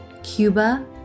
Cuba